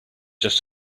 just